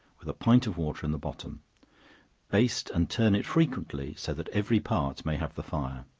with a pint of water in the bottom baste and turn it frequently, so that every part may have the fire.